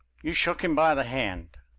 you shook him by the hand.